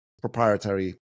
proprietary